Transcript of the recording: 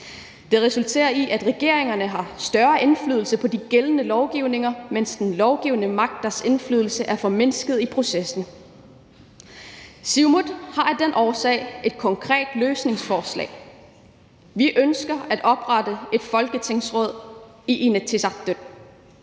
Det resulterer i, at regeringerne har større indflydelse på de gældende lovgivninger, mens de lovgivende magters indflydelse er formindsket i processen. Siumut har af den årsag et konkret løsningsforslag: Vi ønsker at oprette et folketingsråd i Inatsisartut.